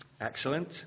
Excellent